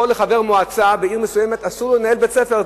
פה לחבר מועצה בעיר מסוימת אסור לנהל בית-ספר.